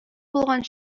булган